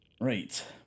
Right